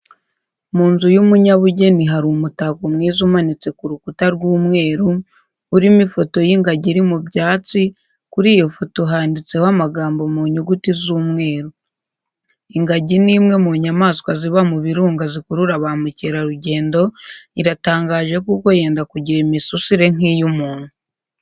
Mu nzu y'umunyabugeni hari umutako mwiza umanitse ku rukuta rw'umweru, urimo ifoto y'ingagi iri mu byatsi, kuri iyo foto handitseho amagambo mu nyuguti z'umweru. Ingagi ni imwe mu nyamaswa ziba mu birunga zikurura ba mukerarugendo, iratangaje kuko yenda kugira imisusire nk'iy'umuntu.